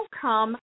come